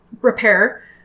repair